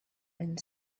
and